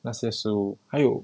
那些食物还有